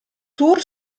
tour